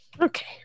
Okay